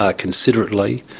ah considerately,